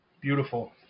Beautiful